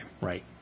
Right